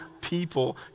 people